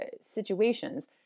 situations